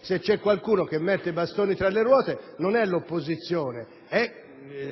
Se c'è qualcuno che mette i bastoni fra le ruote non è l'opposizione: